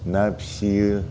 ना फिसियो